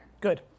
Good